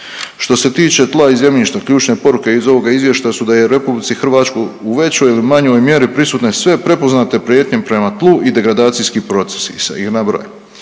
Što se tiče tla i zemljišta ključne poruke iz ovoga izvještaja su da je u RH u većoj ili manjoj mjeri prisutne sve prepoznate prijetnje prema tlu i degradacijski procesi i sad ih nabrajam,